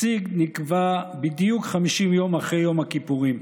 הסיגד נקבע בדיוק 50 יום אחרי יום הכיפורים.